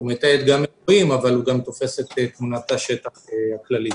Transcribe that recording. הוא מתעד גם אירועים אבל תופס גם את תמונת השטח הכללית.